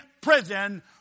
prison